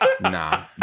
Nah